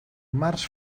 març